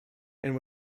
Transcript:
and